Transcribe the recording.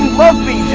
love me